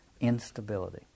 instability